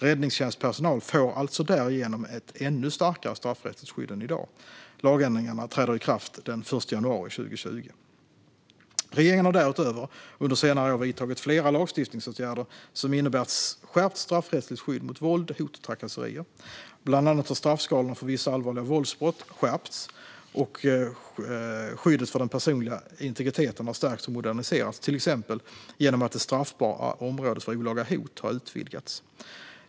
Räddningstjänstpersonal får alltså därigenom ett ännu starkare straffrättsligt skydd än i dag. Lagändringarna träder i kraft den 1 januari 2020. Regeringen har därutöver under senare år vidtagit flera lagstiftningsåtgärder som innebär ett skärpt straffrättsligt skydd mot våld, hot och trakasserier. Bland annat har straffskalorna för vissa allvarliga våldsbrott skärpts och skyddet för den personliga integriteten har stärkts och moderniserats, till exempel genom att det straffbara området för olaga hot har utvidgats.